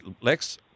Lex